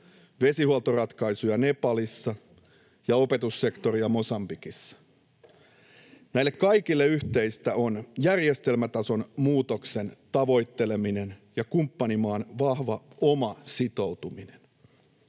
vesihuoltoratkaisuja Nepalissa ja opetussektoria Mosambikissa. Näille kaikille yhteistä on järjestelmätason muutoksen tavoitteleminen ja kumppanimaan vahva oma sitoutuminen.